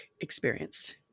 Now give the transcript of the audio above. experience